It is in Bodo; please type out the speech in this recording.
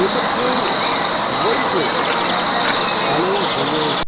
बेफोरखौ बयबो सानै हयै